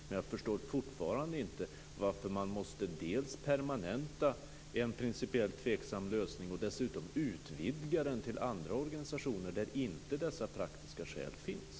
Men jag förstår fortfarande inte varför man dels måste permanenta en principiellt tveksam lösning, dels utvidga den till andra organisationer där inte dessa praktiska skäl finns.